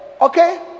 okay